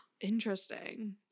Interesting